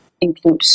includes